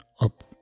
up